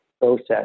process